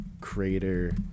Crater